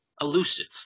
elusive